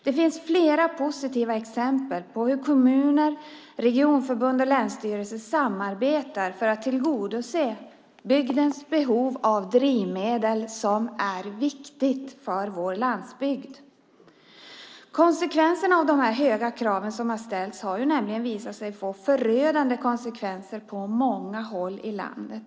Det finns flera positiva exempel på hur kommuner, regionförbund och länsstyrelser samarbetar för att tillgodose bygdens behov av drivmedel. Det är viktigt för vår landsbygd. De höga krav som ställts har visat sig få förödande konsekvenser på många håll i landet.